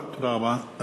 תודה רבה.